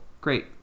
Great